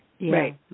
Right